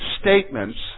statements